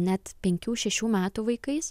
net penkių šešių metų vaikais